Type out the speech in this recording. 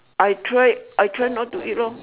I try I try not to eat lor